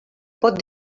pot